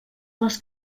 les